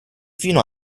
fino